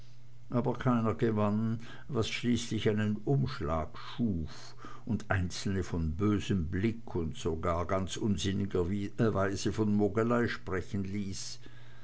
aber keiner gewann was schließlich einen umschlag schuf und einzelne von bösem blick und sogar ganz unsinnigerweise von mogelei sprechen ließ